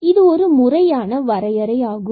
இது ஒரு முறையான வரையறை ஆகும்